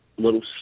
Little